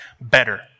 better